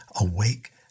awake